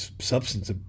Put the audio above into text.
substance